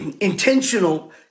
intentional